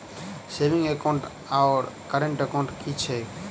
Saving account आओर current account की छैक?